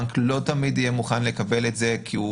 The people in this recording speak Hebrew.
הבנק לא תמיד יהיה מוכן לקבל את זה כי הוא